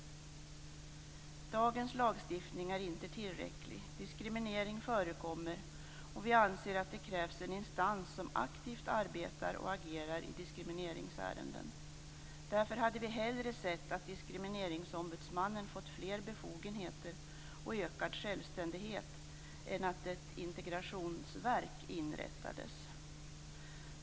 Dagens lagstiftning är inte tillräcklig. Diskriminering förekommer, och vi anser att det krävs en instans som aktivt arbetar och agerar i diskrimineringsärenden. Därför hade vi hellre sett att Diskrimineringsombudsmannen fått fler befogenheter och ökad självständighet än att ett integrationsverk inrättades.